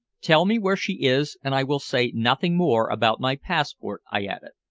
tell me where she is, and i will say nothing more about my passport, i added.